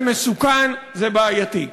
זה מסוכן, זה בעייתי.